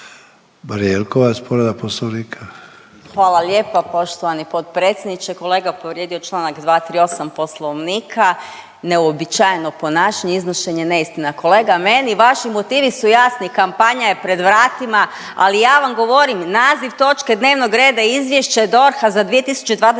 **Jelkovac, Marija (HDZ)** Hvala lijepa poštovani potpredsjedniče. Kolega je povrijedio članak 238. Poslovnika neuobičajeno ponašanje, iznošenje neistina. Kolega meni vaši motivi su jasni kampanja je pred vratima ali ja vam govorim naziv točke dnevnog reda Izvješće DORH-a za 2022.